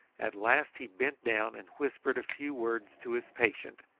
at last he bent down and whispered a few words to his patient,